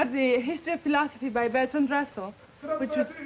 the history of philosophy by bertrand russell which was.